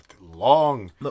Long